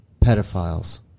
pedophiles